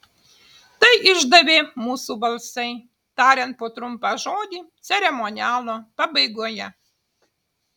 tai išdavė mūsų balsai tariant po trumpą žodį ceremonialo pabaigoje